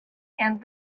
and